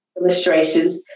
illustrations